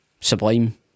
Sublime